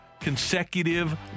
consecutive